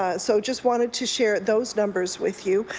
ah so just wanted to share those numbers with you.